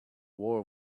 war